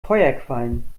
feuerquallen